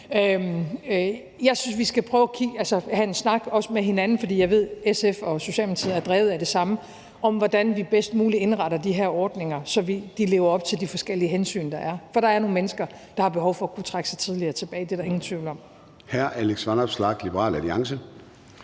Jeg synes, vi skal prøve at have en snak – også med hinanden, for jeg ved, at SF og Socialdemokratiet er drevet af det samme – om, hvordan vi bedst muligt indretter de her ordninger, så de lever op til de forskellige hensyn, der er. For der er nogle mennesker, der har behov for at kunne trække sig tidligere tilbage. Det er der ingen tvivl om. Kl. 13:14 Formanden